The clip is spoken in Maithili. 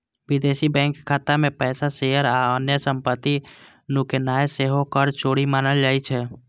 विदेशी बैंक खाता मे पैसा, शेयर आ अन्य संपत्ति नुकेनाय सेहो कर चोरी मानल जाइ छै